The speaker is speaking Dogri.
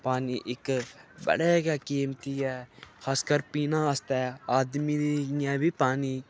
पानी इक बड़ी गै कीमती ऐ खासकर पीने आस्तै आदमी दी इयां बी पानी